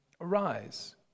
Arise